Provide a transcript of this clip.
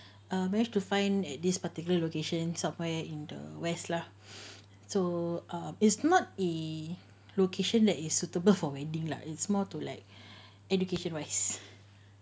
uh manage to find at this particular location somewhere in the west lah so uh it's not a location that is suitable for wedding lah it's more to like education wise